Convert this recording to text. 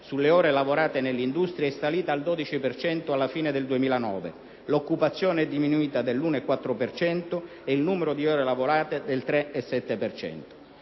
sulle ore lavorate nell'industria è salita al 12 per cento alla fine del 2009. L'occupazione è diminuita dell'1,4 per cento ed il numero di ore lavorate del 3,7